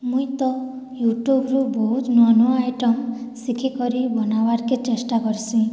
ମୁଇଁ ତ ୟୁଟ୍ୟୁବ୍ରୁ ବହୁତ୍ ନୂଆ ନୂଆ ଆଇଟମ୍ ଶିଖିକରି ବନାଇବାର୍ କେ ଚେଷ୍ଟା କର୍ସିଁ